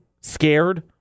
scared